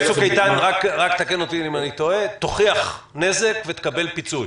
מתווה צוק איתן תתקן אותי אם אני טועה הוא: תוכיח נזק ותקבל פיצוי,